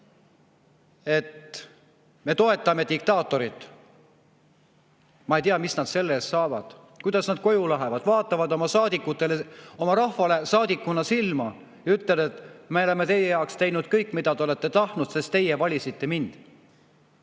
et me toetame diktaatorit. Ma ei tea, mida nad selle eest saavad, kuidas nad koju lähevad, [kuidas nad] vaatavad oma rahvale saadikutena silma ja ütlevad: "Me oleme teie jaoks teinud kõike, mida te olete tahtnud, sest teie valisite meid."